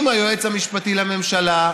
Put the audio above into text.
אם היועץ המשפטי לממשלה,